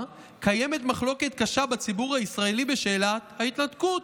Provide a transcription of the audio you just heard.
"קיימת מחלוקת קשה בציבור הישראלי בשאלת ההתנתקות.